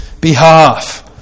behalf